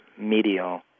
medial